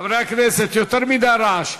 חברי הכנסת, יותר מדי רעש.